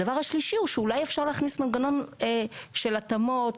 הדבר השלישי הוא שאולי אפשר להכניס מנגנון של התאמות,